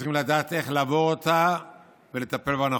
שצריכים לדעת איך לעבור אותה ולטפל בה נכון.